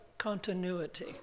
Continuity